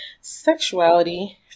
sexuality